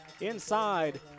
inside